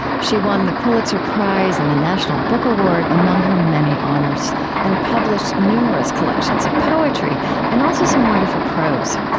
she won the pulitzer prize and the national book award, among her many honors and published numerous collections of poetry and also some wonderful prose.